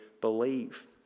believe